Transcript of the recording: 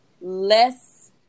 less